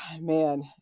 man